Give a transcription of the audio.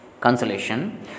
Consolation